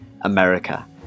America